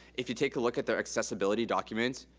if you take a look at their accessibility documents,